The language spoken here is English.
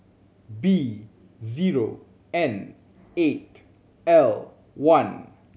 B zero N eight L one